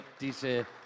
diese